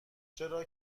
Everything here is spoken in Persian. چرا